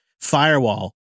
firewall